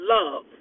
Love